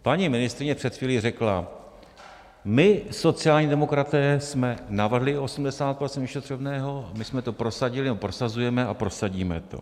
Paní ministryně před chvílí řekla my, sociální demokraté, jsme navrhli osmdesát procent ošetřovného, my jsme to prosadili, nebo prosazujeme a prosadíme to.